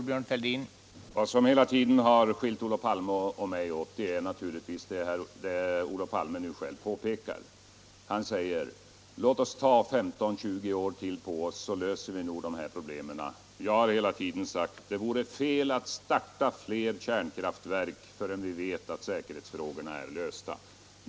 Herr talman! Vad som hela tiden har skilt Olof Palme och mig åt är naturligtvis det som Olof Palme nu själv påpekar. Han säger: Låt oss ta 20-30 år till på oss, så löser vi nog de här problemen. Jag har hela tiden sagt att det vore fel att starta fler kärnkraftverk innan vi vet att säkerhetsfrågorna är lösta.